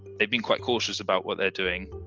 they've been quite cautious about what they're doing,